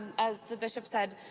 as the bishop said,